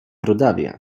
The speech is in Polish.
rudawie